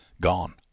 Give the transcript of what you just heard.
gone